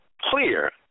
clear